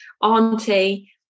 auntie